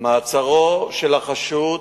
מעצרו של החשוד,